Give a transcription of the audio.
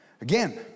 Again